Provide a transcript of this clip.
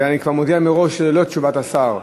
ואני כבר מודיע מראש שזה ללא תשובת השר,